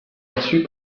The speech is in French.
perçu